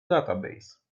database